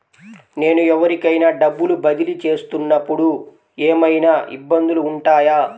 నేను ఎవరికైనా డబ్బులు బదిలీ చేస్తునపుడు ఏమయినా ఇబ్బందులు వుంటాయా?